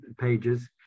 pages